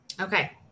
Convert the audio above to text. Okay